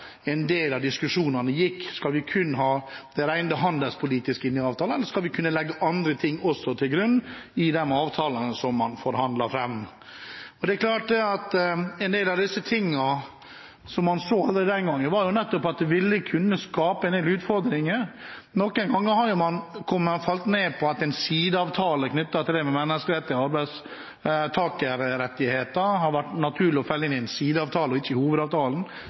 en del av diskusjonene gikk: Skal vi kun ha det rent handelspolitiske inn i avtalene, eller skal vi kunne legge også andre ting til grunn i de avtalene som man forhandler fram? Noe av det som man så allerede den gang, var nettopp at det ville kunne skape en del utfordringer. Noen ganger har man falt ned på at det med menneskerettigheter og arbeidstakerrettigheter har vært naturlig å felle inn i en sideavtale og ikke i hovedavtalen,